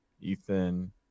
Ethan